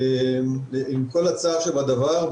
עם כל הצער שבדבר,